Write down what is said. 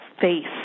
face